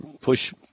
push